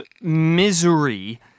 Misery